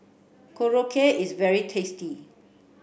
Korokke is very tasty